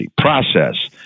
process